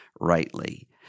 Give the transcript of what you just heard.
rightly